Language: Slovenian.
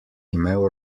imel